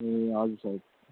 ए हजुर सर